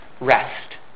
rest